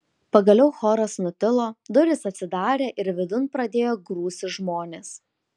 pagaliau choras nutilo durys atsidarė ir vidun pradėjo grūstis žmonės